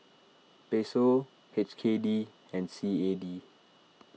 Peso H K D and C A D